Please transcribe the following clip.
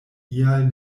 ial